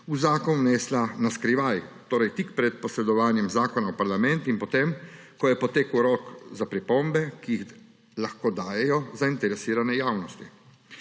v zakon vnesla naskrivaj, torej tik pred posredovanjem zakona v parlament in po tem, ko je potekel rok za pripombe, ki jih lahko daje zainteresirana javnost.